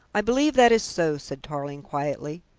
i believe that is so, said tarling quietly.